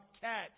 cats